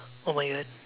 oh my god